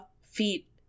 Feet